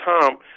time